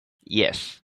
yes